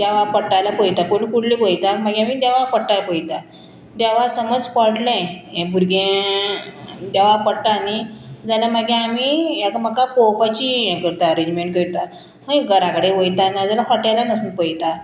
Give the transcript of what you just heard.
देवा पडटा जाल्यार पयता पुयलू कुंडली पयता मागीर आमी देवा पडटा पयता देवा समज पडलें हें भुरगें देवा पडटा न्ही जाल्यार मागी आमी एकामेकाक पोवपाची हें करता अरेंजमेंट करता खंय घराकडेन वयता नाजाल्या हॉटेलान वचून पयता